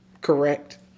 Correct